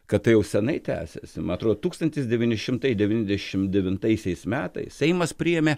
kad tai jau seniai tęsiasi man atrodo tūkstantis devyni šimtai devyniasdešim devintaisiais metais seimas priėmė